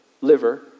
liver